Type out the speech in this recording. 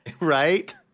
Right